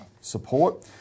support